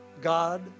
God